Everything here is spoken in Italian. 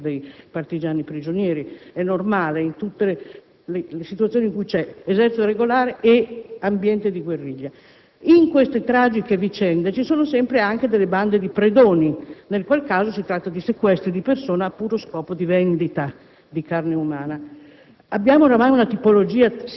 catturavamo qualche soldato nazista per ottenere lo scambio con dei partigiani prigionieri. È normale in tutte le situazioni in cui c'è esercito regolare ed ambiente di guerriglia. In queste tragiche vicende ci sono sempre anche delle bande di predoni; nel qual caso si tratta di sequestro di persona a puro scopo di vendita